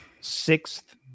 sixth